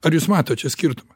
ar jūs matot čia skirtumą